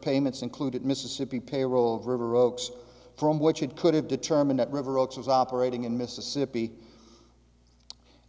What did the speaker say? payments included mississippi payroll river oaks from which it could have determined that river oaks was operating in mississippi